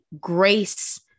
grace